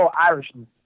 Irishman